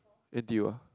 N_T_U ah